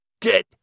Get